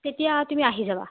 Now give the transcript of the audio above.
তেতিয়া তুমি আহি যাবা